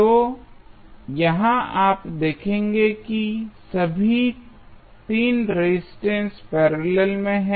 तो यहाँ आप देखेंगे कि सभी 3 रेजिस्टेंस पैरेलल में हैं